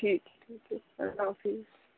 ٹھیک ہے ٹھیک ہے اللہ حافظ